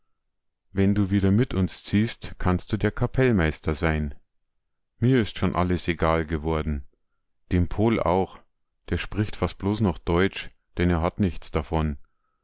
wenn du wieder mit uns ziehst kannst du der kapellmeister sein mir ist schon alles egal geworden dem pohl auch der spricht fast bloß noch deutsch denn er hat nichts davon